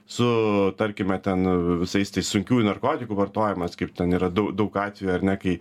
su tarkime ten visais tais sunkiųjų narkotikų vartojimas kaip ten yra dau daug atvejų kai